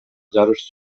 жарыш